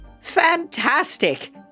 fantastic